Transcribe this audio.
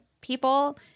people